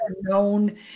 known